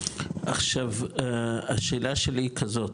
עכשיו השאלה שלי היא כזאת,